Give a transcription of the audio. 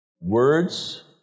words